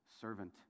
servant